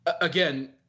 again